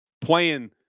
playing